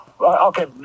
Okay